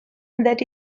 that